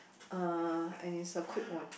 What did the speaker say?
uh and is a quick one